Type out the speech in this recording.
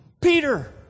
Peter